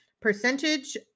Percentage